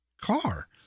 car